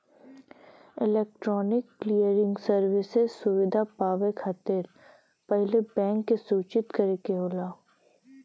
electronic clearing services सुविधा पावे खातिर पहिले बैंक के सूचित करे के होला